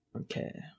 Okay